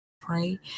pray